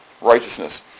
righteousness